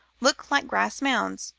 look like grass mounds.